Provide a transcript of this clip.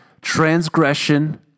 transgression